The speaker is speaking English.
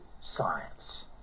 science